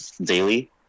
daily